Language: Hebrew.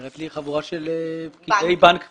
היא נראית לי חבורה של פקידי בנק קלאסיים.